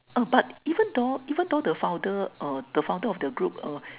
oh but even though even though the founder uh the founder of the group uh